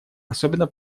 особенно